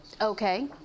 okay